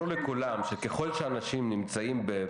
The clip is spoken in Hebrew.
תכף נשמע תשובות.